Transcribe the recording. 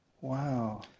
Wow